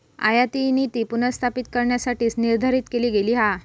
आयातनीती पुनर्स्थापित करण्यासाठीच निर्धारित केली गेली हा